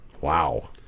Wow